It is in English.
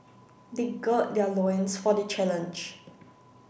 they gird their loins for the challenge